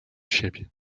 siebie